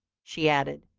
she added,